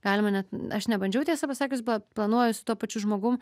galima ne aš nebandžiau tiesą pasakius bla planuoju su tuo pačiu žmogum